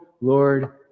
Lord